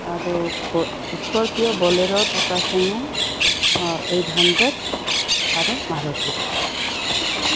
আৰু Scorpio Bolero Tata Sumo আৰু eight hundred আৰু মাৰুতি